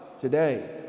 today